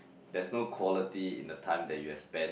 there's no quality in the time that you've spent